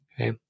Okay